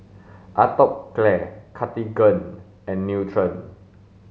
Atopiclair Cartigain and Nutren